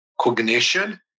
cognition